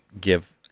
give